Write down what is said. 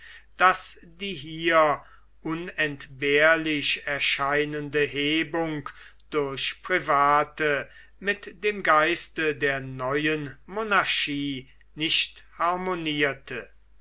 daß die hier unentbehrlich erscheinende hebung durch private mit dem geiste der neuen monarchie nicht